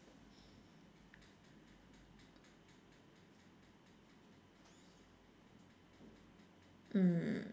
mm